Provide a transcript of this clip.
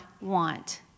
want